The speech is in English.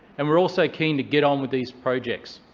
and we're also keen to get on with these projects.